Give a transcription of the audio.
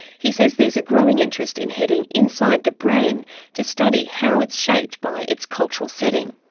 he says there's a growing interest in heading inside the brain to study how it's shaped by its cultural setting.